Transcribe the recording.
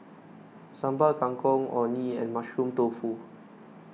Sambal Kangkong Orh Nee and Mushroom Tofu